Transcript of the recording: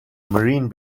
marine